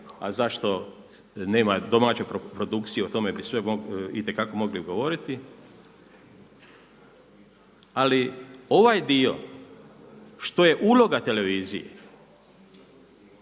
a zašto nema domaće produkcije? O tome bi itekako mogli govoriti. Ali ovaj dio što je uloga televizije